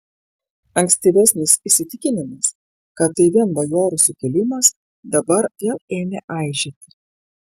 ankstyvesnis įsitikinimas kad tai vien bajorų sukilimas dabar vėl ėmė aižėti